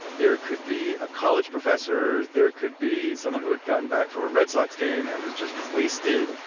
there could be a college professor. there could be someone who had gotten back from a red sox game and was just wasted.